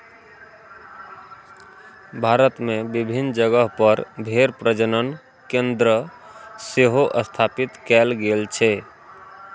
भारत मे विभिन्न जगह पर भेड़ प्रजनन केंद्र सेहो स्थापित कैल गेल छै